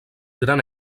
gran